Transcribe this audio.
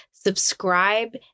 Subscribe